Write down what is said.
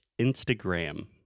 Instagram